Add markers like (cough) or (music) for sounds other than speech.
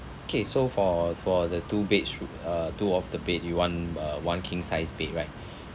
okay so for for the two beds roo~ uh two of the bed you want uh one king sized bed right (breath)